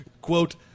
Quote